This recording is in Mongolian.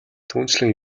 түүнчлэн